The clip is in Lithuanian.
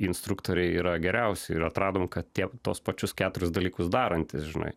instruktoriai yra geriausi ir atradom kad tie tuos pačius keturis dalykus darantys žinai